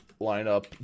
lineup